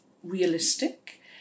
realistic